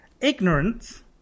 Ignorance